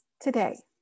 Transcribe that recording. today